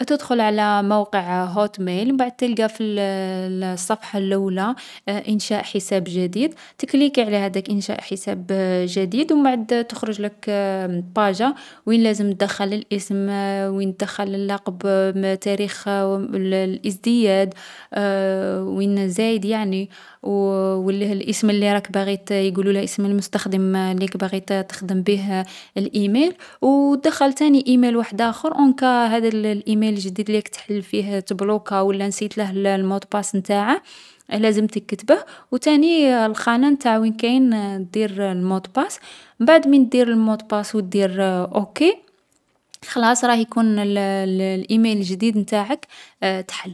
﻿تدخل على موقع هوت ميل وبعد تلقى في الصفحة اللولة، إنشاء حساب جديد. تكليكي على هذاك إنشاء حساب جديد وبعد تخرج لك باجة وين لازم تدخل الاسم وين تدخل اللقب تاريخ الازدياد وين زيد يعني والاسم اللي راك باغي ت-يقولوه اسم المستخدم اللي راك باغي ت-تخدم به الإيميل ودخل تاني إيميل واحد آخر أون كا هذا الإيميل الجديد اللي راك تحل فيه تبلوكا ولا نسيت له المودباس نتاعه لازم تكتبه وتاني الخانة نتاع وين كاين تدير المودباس بعد من تدير المودباس وتدير أوكي خلاص راه يكون الإيميل الجديد نتاعك تحل.